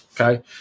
Okay